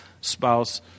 spouse